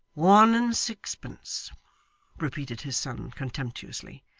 one and sixpence repeated his son contemptuously.